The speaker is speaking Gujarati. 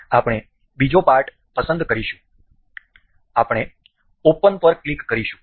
આપણે બીજો પાર્ટ પસંદ કરીશું આપણે ઓપન પર ક્લિક કરીશું